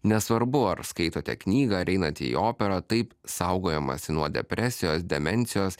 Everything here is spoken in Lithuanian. nesvarbu ar skaitote knygą ar einate į operą taip saugojamasi nuo depresijos demencijos